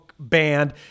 Band